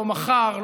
לא מחר,